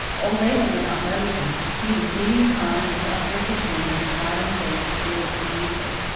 old abel did not notice him he was beating time with uplifted hand and smiling face to felix's music,